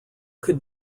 could